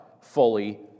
fully